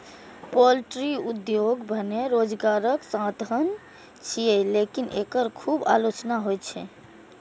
poultry उद्योग भने रोजगारक साधन छियै, लेकिन एकर खूब आलोचना होइ छै